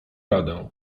radę